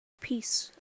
peace